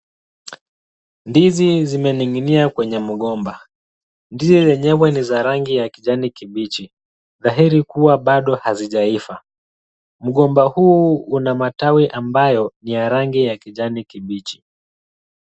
Ndizi zimening'inia kwenye mgomba. Ndizi zenyewe ni za rangi ya kijani kibichi, dhahiri kuwa bado hazijaiva. Mgomba huu una matawi ambayo ni ya rangi ya kijani kibichi.